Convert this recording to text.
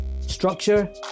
Structure